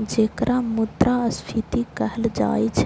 जेकरा मुद्रास्फीति कहल जाइ छै